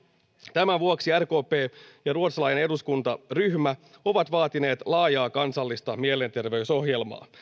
tämän vuoksi rkp ja ruotsalainen eduskuntaryhmä ovat vaatineet laajaa kansallista mielenterveysohjelmaa